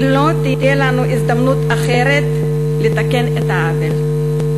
כי לא תהיה לנו הזדמנות אחרת לתקן את העוול.